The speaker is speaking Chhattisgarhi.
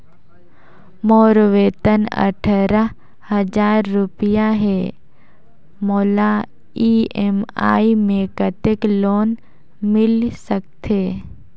मोर वेतन अट्ठारह हजार रुपिया हे मोला ई.एम.आई मे कतेक लोन मिल सकथे?